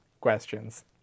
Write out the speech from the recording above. questions